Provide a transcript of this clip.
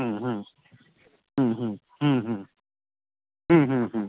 ह्म्म ह्म्म ह्म्म ह्म्म ह्म्म ह्म्म ह्म्म ह्म्म ह्म्म